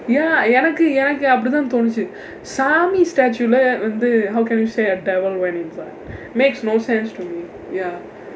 எனக்கு எனக்கு அப்படி தான் தோணிச்சு சாமி:enakku enakku appadi thaan thoonichsu saami statue இல்ல வந்து:illa vandthu how can you say a devil went inside makes no sense to me ya